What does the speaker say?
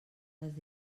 les